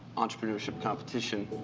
entrepreneurship competition.